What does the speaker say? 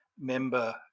member